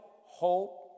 hope